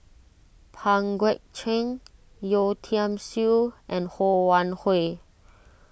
Pang Guek Cheng Yeo Tiam Siew and Ho Wan Hui